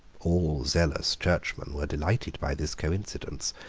all zealous churchmen were delighted by this coincidence,